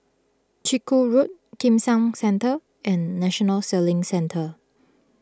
Chiku Road Kim San Centre and National Sailing Centre